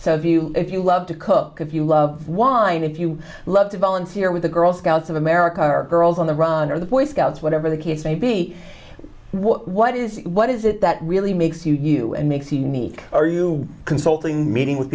so of you if you love to cook if you love wine if you love to volunteer with the girl scouts of america or girls on the run or the boy scouts whatever the case may be what is what is it that really makes you and makes you unique are you consulting meeting with